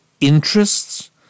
interests